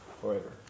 Forever